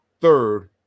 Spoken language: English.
third